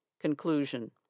Conclusion